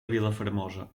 vilafermosa